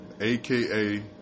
AKA